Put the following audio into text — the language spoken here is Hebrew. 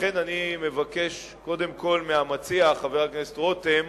לכן אני מבקש, קודם כול מהמציע, חבר הכנסת רותם,